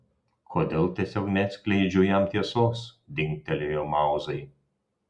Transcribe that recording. kodėl tiesiog neatskleidžiu jam tiesos dingtelėjo mauzai